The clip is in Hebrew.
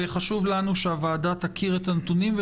חשוב לנו שהוועדה תכיר את הנתונים.